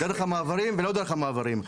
דרך המעברים ולא דרך המעברים.